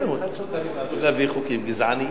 למרות אי-שימוש ביחידה